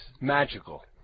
magical